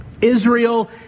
Israel